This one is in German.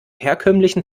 herkömmlichen